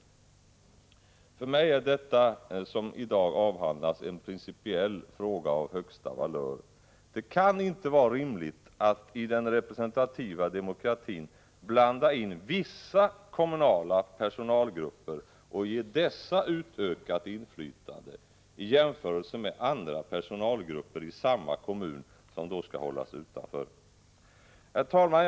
För mig är det som i dag avhandlas en principiell fråga av högsta valör. Det kan inte vara rimligt att i den representativa demokratin blanda in vissa kommunala personalgrupper och ge dem utökat inflytande i jämförelse med 23 andra personalgrupper i samma kommun, som skall hållas utanför. Herr talman!